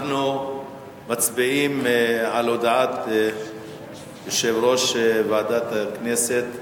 אנחנו מצביעים על הודעת יושב-ראש ועדת הכנסת,